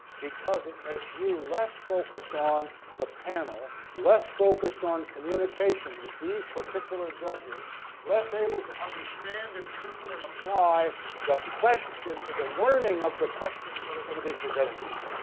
because it makes you less focused on the panel less focused on communication with these particular judges less able to understand interpret and apply the question in the learning of the questions that are going to be presented to you.